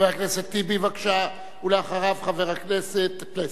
חבר הכנסת טיבי, בבקשה, ואחריו, חבר הכנסת פלסנר.